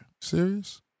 Serious